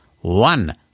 One